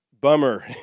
bummer